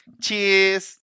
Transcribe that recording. Cheers